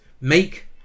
make